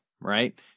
Right